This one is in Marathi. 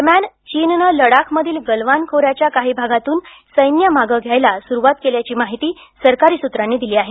दरम्यान चीननं लडाखमधील गलवान खोऱ्याच्या काही भागातून सैन्य मागं घ्यायला सुरुवात केल्याची माहिती सरकारी सूत्रांनी दिली आहे